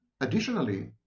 Additionally